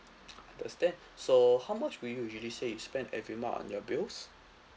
understand so how much would you usually say you spend every month on your bills